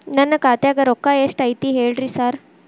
ನನ್ ಖಾತ್ಯಾಗ ರೊಕ್ಕಾ ಎಷ್ಟ್ ಐತಿ ಹೇಳ್ರಿ ಸಾರ್?